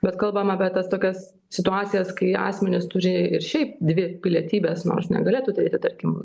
bet kalbam apie tas tokias situacijas kai asmenys turi ir šiaip dvi pilietybes nors negalėtų turėti tarkim